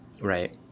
right